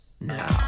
now